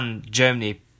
Germany